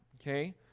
Okay